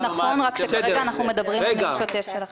אולם כרגע אנחנו מדברים על הניהול השוטף של החברה.